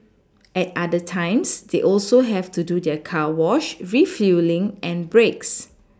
at other times they also have to do their car wash refuelling and breaks